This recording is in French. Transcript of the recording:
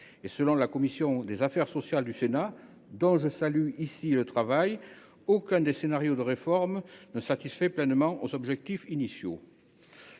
Selon la commission des affaires sociales du Sénat, dont je salue ici le travail, aucun des scénarios de réforme ne satisfait pleinement les objectifs fixés